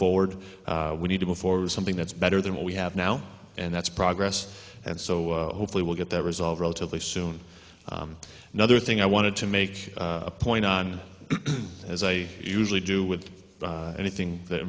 forward we need to go forward something that's better than what we have now and that's progress and so hopefully we'll get that resolved relatively soon another thing i wanted to make a point on as i usually do with anything that